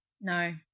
No